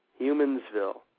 Humansville